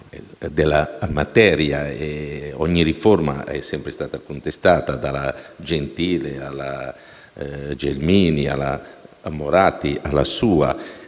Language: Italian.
della materia: ogni riforma della scuola è sempre stata contestata, dalla Gentile, alla Gelmini, alla Moratti, alla sua.